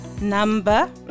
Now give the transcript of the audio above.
Number